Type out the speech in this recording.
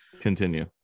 Continue